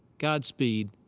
godspeed.